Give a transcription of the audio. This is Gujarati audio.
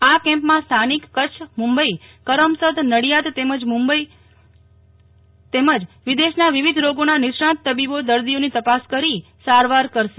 આ કેમ્પમાં સ્થાનિક કચ્છ મુંબઈ કરમસદ નડિયાદ મુંબઈ તેમજ વિદેશના વિવિધ રોગોના નિષ્ણાત તબીબો દર્દીઓની તપાસ કરી સારવાર કરશે